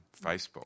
Facebook